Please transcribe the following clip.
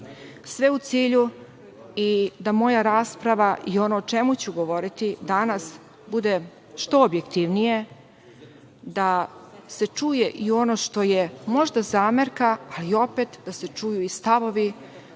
sve u cilju da i moja rasprava i ono o čemu ću govoriti danas bude što objektivnije, da se čuje i ono što je možda zamerka, ali opet da se čuju i stavovi